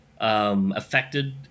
affected